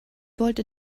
wollte